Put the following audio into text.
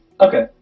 Okay